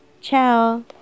ciao